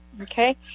okay